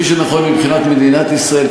כפי שנכון מבחינת מדינת ישראל,